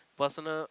personal